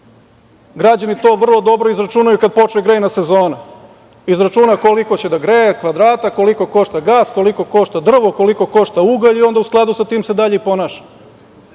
Građani to vrlo dobro izračunaju kad počne grejna sezona. Izračuna koliko će da greje kvadrata, koliko košta gas, koliko košta drvo, koliko košta ugalj i onda u skladu sa tim se dalje i ponaša. Ako